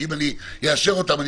כי אם אני אאשר אותן,